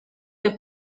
que